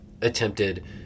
attempted